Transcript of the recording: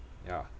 ya